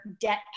debt